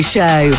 Show